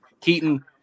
Keaton